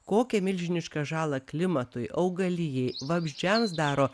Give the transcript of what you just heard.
kokią milžinišką žalą klimatui augalijai vabzdžiams daro